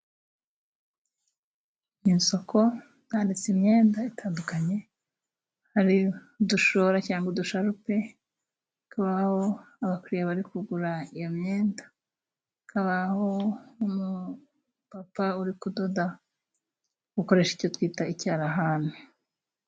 Mu isoko hanitse imyenda itandukanye hari dushora cyangwa udusharupe, hakabaho abakiriya bari kugura iyo myenda, kabaho n'umupapa uri kudoda ukoresha icyo twita icyarahani.